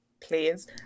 please